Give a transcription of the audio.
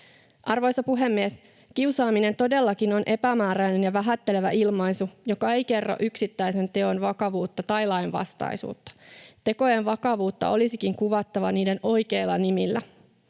Arvoisa puhemies! Kiusaaminen todellakin on epämääräinen ja vähättelevä ilmaisu, joka ei kerro yksittäisen teon vakavuutta tai lainvastaisuutta. Tekojen vakavuutta olisikin kuvattava niiden oikeilla nimillä.